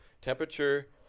temperature